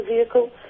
vehicle